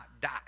die